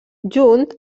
junt